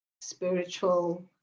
spiritual